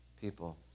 people